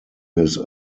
his